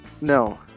No